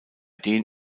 den